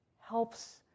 helps